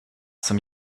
zum